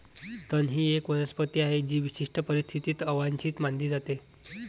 तण ही एक वनस्पती आहे जी विशिष्ट परिस्थितीत अवांछित मानली जाते